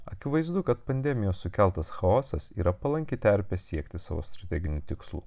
akivaizdu kad pandemijos sukeltas chaosas yra palanki terpė siekti savo strateginių tikslų